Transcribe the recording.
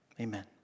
Amen